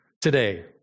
today